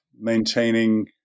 maintaining